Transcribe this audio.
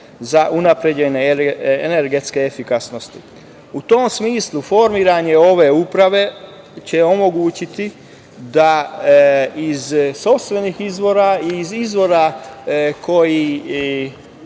za unapređenje energetske efikasnosti.U tom smislu formiranje ove uprave će omogućiti da iz sopstvenih izvora i iz izvora koji